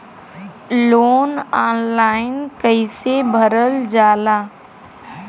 Loan online कइसे भरल जाला?